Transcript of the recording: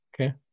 Okay